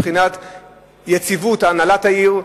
מבחינת יציבות הנהלת העיר.